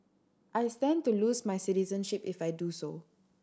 I stand to lose my citizenship if I do so